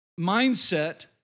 mindset